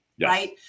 right